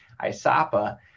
ISAPA